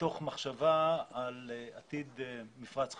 מתוך מחשבה על עתיד מפרץ חיפה.